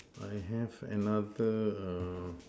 I have another err